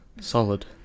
Solid